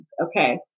Okay